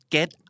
Get